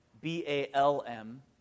B-A-L-M